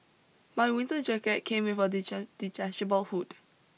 my winter jacket came with a detachable hood